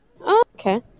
Okay